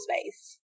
space